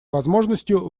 возможностью